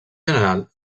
general